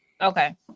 okay